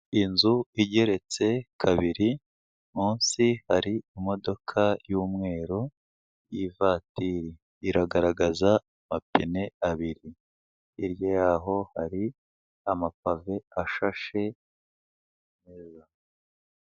Inzu igeretse kabiri munsi hari imodoka y'umweru y'ivatiri, iragaragaza amapine abiri, hirya yaho hari amapave ashashe.